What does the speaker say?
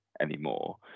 anymore